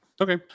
Okay